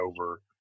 over